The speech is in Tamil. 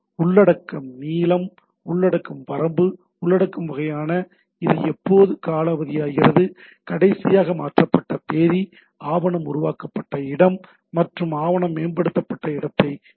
உள்ளடக்கம் நீளம் உள்ளடக்கம் வரம்பு உள்ளடக்கம் வகையான இது எப்போது காலாவதியாகிறது கடைசியாக மாற்றப்பட்ட தேதி ஆவணம் உருவாக்கப்பட்ட இடம் அல்லது ஆவணம் மேம்படுத்தப்பட்ட இடத்தை குறிக்கும்